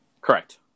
Correct